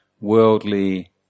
worldly